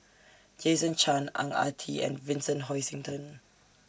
Jason Chan Ang Ah Tee and Vincent Hoisington